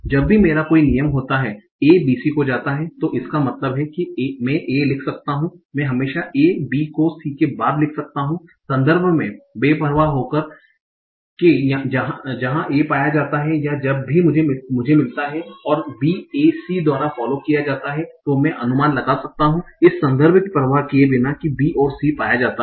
जब भी मेरा कोई नियम होता है A BC को जाता है तो इसका मतलब है कि मैं A लिख सकता हूं मैं हमेशा A B को C के बाद लिख सकता हूं संदर्भ में बेपरवाह हो कर के जहां A पाया जाता है या जब भी मुझे मिलता है और B AC द्वारा फॉलो किया जाता है तो मैं अनुमान लगा सकता हूं इस संदर्भ की परवाह किए बिना कि B और C पाया जाता है